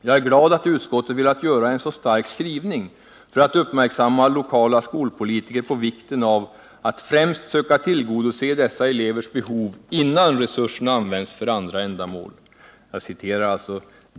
Jag är glad att utskottet velat göra en så stark skrivning för att uppmärksamma lokala skolpolitiker på vikten av att ”främst söka tillgodose dessa elevers behov, innan resurserna används för andra ändamål”.